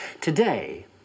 Today